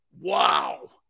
Wow